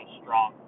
strong